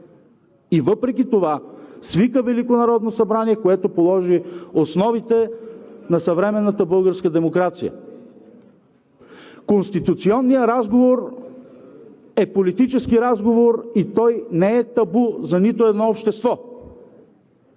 и въпреки това свика Велико народно събрание, което положи основите на съвременната българска демокрация. Конституционният разговор е политически разговор и той не е табу за нито едно общество.